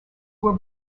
were